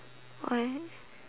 why